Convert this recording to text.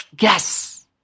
Yes